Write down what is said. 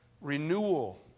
renewal